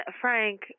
Frank